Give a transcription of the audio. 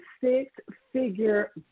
six-figure